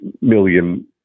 million